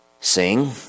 sing